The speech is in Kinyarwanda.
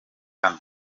hano